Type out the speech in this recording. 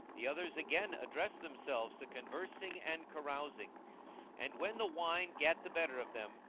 the others again addressed themselves to conversing and carousing and, when the wine gat the better of them,